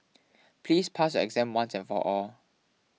please pass your exam once and for all